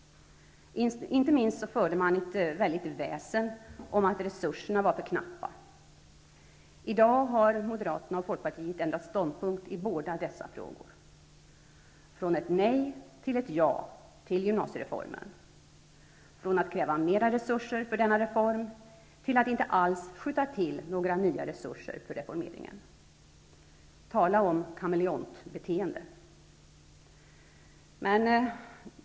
Inte minst förde man ett väldigt väsen om att resurserna var för knappa. I dag har Moderaterna och Folkpartiet ändrat ståndpunkt i båda dessa frågor -- från ett nej till ett ja till gymnasiereformen, och från att kräva mer resurser för denna reform till att inte alls skjuta till några nya resurser för reformeringen. Tala om kameleontbeteende!